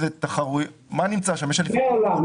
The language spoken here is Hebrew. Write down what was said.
משחקי עולם.